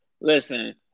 Listen